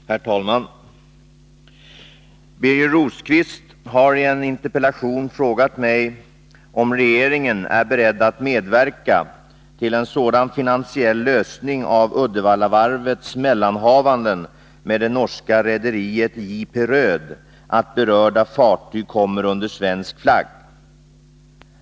Herr talman! Birger Rosqvist har i en interpellation frågat mig om regeringen är beredd att medverka till en sådan finansiell lösning av Uddevallavarvets mellanhavanden med det norska rederiet J.P. Röed att berörda fartyg kommer under svensk flagg.